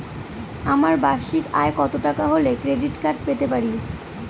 আমার বার্ষিক আয় কত টাকা হলে ক্রেডিট কার্ড পেতে পারি?